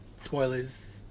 spoilers